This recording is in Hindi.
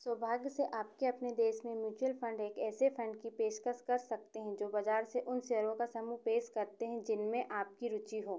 सौभाग्य से आपके अपने देश में म्यूचुअल फंड एक ऐसे फंड की पेशकश कर सकते हैं जो बाज़ार से उन सेयरों का समूह पेश करते हैं जिनमें आपकी रुचि हो